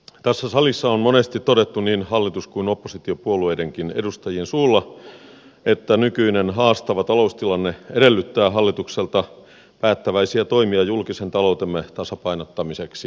tässä salissa on monesti todettu niin hallitus kuin oppositiopuolueidenkin edustajien suulla että nykyinen haastava taloustilanne edellyttää hallitukselta päättäväisiä toimia julkisen taloutemme tasapainottamiseksi